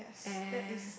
and